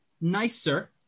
nicer